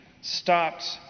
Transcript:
stopped